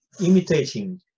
imitating